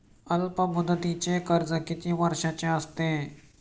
अल्पमुदतीचे कर्ज किती वर्षांचे असते?